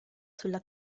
sulla